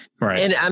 Right